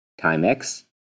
Timex